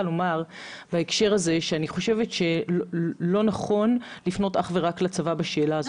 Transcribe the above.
לומר בהקשר הזה שאני חושבת שלא נכון לפנות אך ורק לצבא בשאלה הזאת.